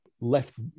left